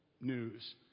news